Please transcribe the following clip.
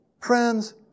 Friends